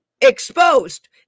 exposed